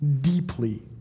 deeply